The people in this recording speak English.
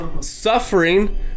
Suffering